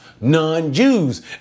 non-Jews